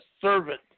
servant